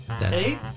Eight